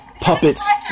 Puppets